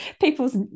people's